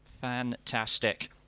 Fantastic